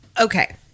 Okay